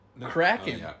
Kraken